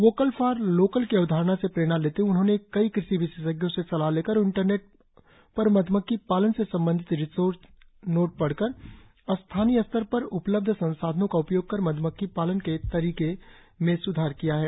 वोलक for local की अवधारणा से प्रेरणा लेते हए उन्होंने कई क़षि विशेषज्ञों से सलाह लेकर और इंटरनेट पर मध्मक्खी पालन से संबधित रिसर्च नोट पढ़कर स्थानीय स्तर पर उपलब्ध संसाधनों का उपयोग कर मध्मक्खी पालन के तरीके में सुधार किया है